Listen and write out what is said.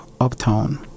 uptown